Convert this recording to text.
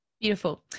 Beautiful